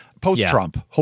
post-Trump